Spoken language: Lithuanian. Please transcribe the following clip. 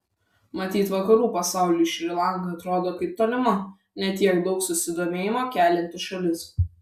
matyt vakarų pasauliui šri lanka atrodo kaip tolima ne tiek daug susidomėjimo kelianti šalis